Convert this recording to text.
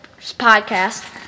podcast